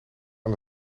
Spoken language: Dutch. aan